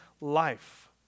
life